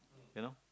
you know